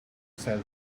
sell